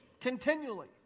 continually